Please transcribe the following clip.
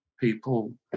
People